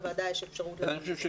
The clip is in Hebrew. עד אז לוועדה יש אפשרות לדון בזה.